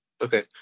Okay